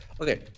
Okay